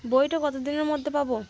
বইটা কত দিনের মধ্যে পাব